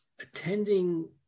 attending